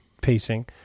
pacing